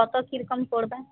কত কীরকম পড়বে